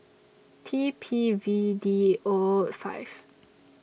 T P V D O five